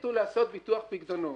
החליטו לעשות ביטוח פיקדונות,